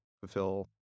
fulfill